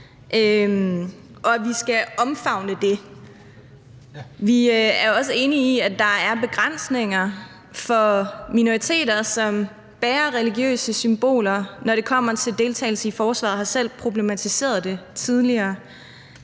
og at vi skal omfavne det. Vi er også enige i, at der er begrænsninger for minoriteter, som bærer religiøse symboler, når det kommer til deltagelse i forsvaret, og vi har selv problematiseret det tidligere.